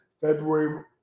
February